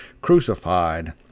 crucified